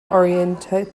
oriented